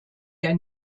der